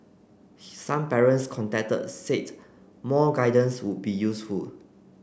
some parents contacted said more guidance would be useful